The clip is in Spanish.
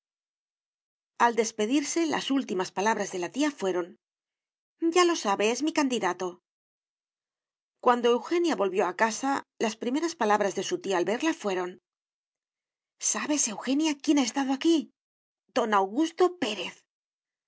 al despedirse las últimas palabras de la tía fueron ya lo sabe es mi candidato cuando eugenia volvió a casa las primeras palabras de su tía al verla fueron sabes eugenia quién ha estado aquí don augusto pérez